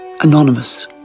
Anonymous